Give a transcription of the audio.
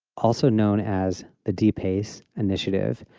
also known as the dpace initiative,